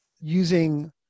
using